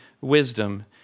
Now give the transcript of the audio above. wisdom